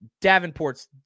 Davenport's